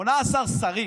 18 שרים.